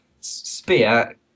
spear